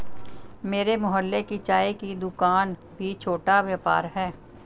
मेरे मोहल्ले की चाय की दूकान भी छोटा व्यापार है